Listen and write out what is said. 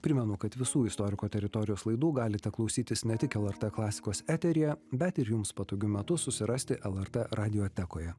primenu kad visų istoriko teritorijos laidų galite klausytis ne tik lrt klasikos eteryje bet ir jums patogiu metu susirasti lrt radiotekoje